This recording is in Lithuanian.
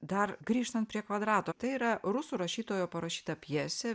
dar grįžtant prie kvadrato tai yra rusų rašytojo parašyta pjesė